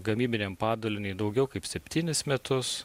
gamybiniam padaliniui daugiau kaip septynis metus